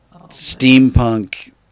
steampunk